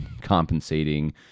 compensating